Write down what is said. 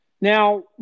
Now